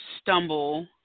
stumble